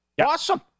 Awesome